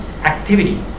activity